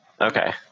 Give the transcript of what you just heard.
Okay